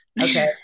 Okay